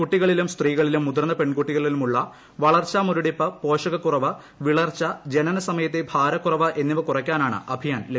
കുട്ടികളിലും സ്ത്രീകളിലും മുതിർന്ന പെൺകുട്ടികളിലുമുള്ള വളർച്ചാ മുരടിപ്പ് പോഷക കുറവ് വിളർച്ച ജനന സമയത്തെ ഭാരക്കുറവ് എന്നിവ കുറക്കാനാണ് അഭിയാൻ ലക്ഷ്യമിടുന്നത്